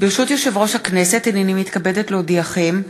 הנני מתכבדת להודיעכם,